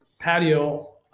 patio